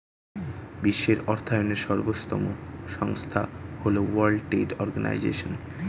বিশ্বের অর্থায়নের সর্বোত্তম সংস্থা হল ওয়ার্ল্ড ট্রেড অর্গানাইজশন